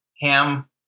Ham